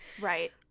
right